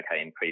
okay